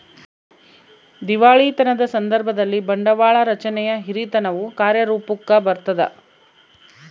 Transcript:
ದಿವಾಳಿತನದ ಸಂದರ್ಭದಲ್ಲಿ, ಬಂಡವಾಳ ರಚನೆಯ ಹಿರಿತನವು ಕಾರ್ಯರೂಪುಕ್ಕ ಬರತದ